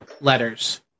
letters